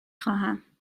خواهم